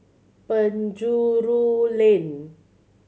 Penjuru Lane